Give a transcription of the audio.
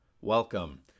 welcome